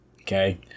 Okay